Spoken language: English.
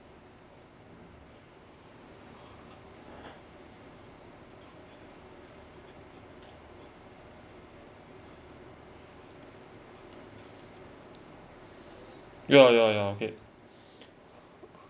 ya ya ya okay